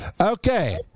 Okay